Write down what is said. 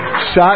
Shot